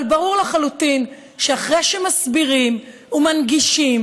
אבל ברור לחלוטין שאחרי שמסבירים ומנגישים